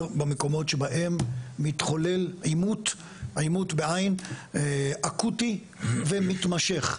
במקומות שבהם מתחולל עימות אקוטי ומתמשך.